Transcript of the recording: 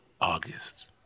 August